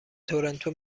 تورنتو